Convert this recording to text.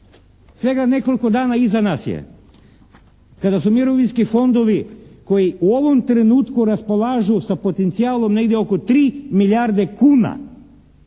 svega nekoliko dana iza nas je kada su mirovinski fondovi koji u ovom trenutku raspolažu sa potencijalom negdje oko 3 milijarde kuna